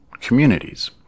communities